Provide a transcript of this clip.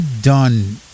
done